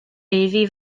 iddi